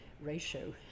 ratio